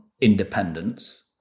independence